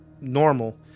normal